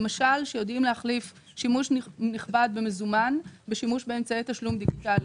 למשל יודעים להחליף שימוש במזומן בשימוש באמצעי תשלום דיגיטאליים.